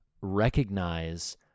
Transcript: recognize